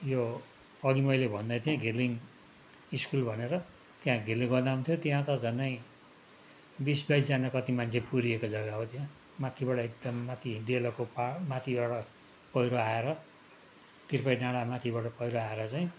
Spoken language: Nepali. यो अघि मैले भन्दै थिएँ घिरलिङ स्कुल भनेर त्यहाँ घिरलिङ बनाउँथ्यो त्यहाँ त झनै बिस बाइसजना कति मान्छे पुरिएको जग्गा हो त्यहाँ माथिबाट एकदम माथि डेलोको पा माथिबाट पहिरो आएर तिर्पाई डाँडा माथिबाट पहिरो आएर चाहिँ